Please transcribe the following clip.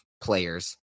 players